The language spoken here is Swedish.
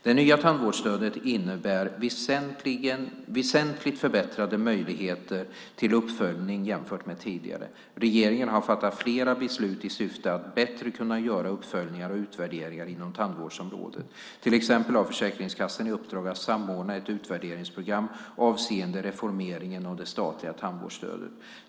Det nya tandvårdsstödet innebär väsentligt förbättrade möjligheter till uppföljning jämfört med tidigare. Regeringen har fattat flera beslut i syfte att bättre kunna göra uppföljningar och utvärderingar inom tandvårdsområdet. Till exempel har Försäkringskassan i uppdrag att samordna ett utvärderingsprogram avseende reformeringen av det statliga tandvårdsstödet.